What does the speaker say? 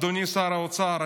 אדוני שר האוצר,